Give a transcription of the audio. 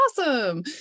awesome